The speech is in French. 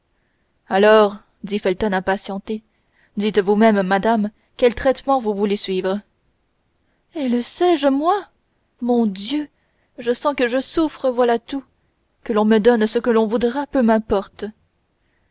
alors dit felton impatienté dites vous-même madame quel traitement vous voulez suivre eh le sais-je moi mon dieu je sens que je souffre voilà tout que l'on me donne ce que l'on voudra peu m'importe